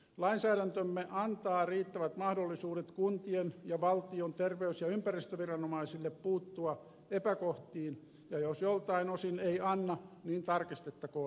lainsäädäntömme antaa riittävät mahdollisuudet kuntien ja valtion terveys ja ympäristöviranomaisille puuttua epäkohtiin ja jos joiltain osin ei anna niin tarkistettakoon lakia